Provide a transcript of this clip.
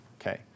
Okay